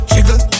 Jiggle